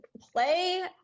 play